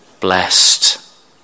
blessed